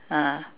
ah